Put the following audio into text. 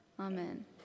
Amen